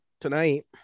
tonight